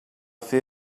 fer